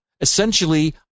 essentially